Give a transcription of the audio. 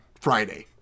Friday